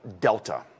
Delta